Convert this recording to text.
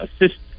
assist